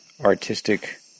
artistic